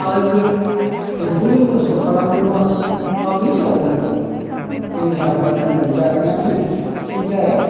आरो ग्रोब एम्फौजों नस्थ' खालामोब्ला माब्रै जाबावनो जोंनि आबाद मावनानै जानायानो थिग जाया